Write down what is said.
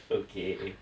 okay